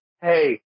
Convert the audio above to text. hey